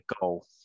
goal